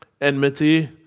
enmity